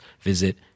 visit